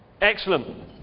Excellent